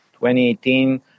2018